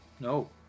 No